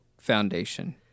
Foundation